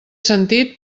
sentit